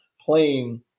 playing